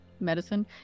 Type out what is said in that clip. medicine